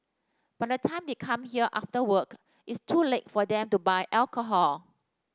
by the time they come here after work it's too late for them to buy alcohol